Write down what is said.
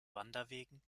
wanderwegen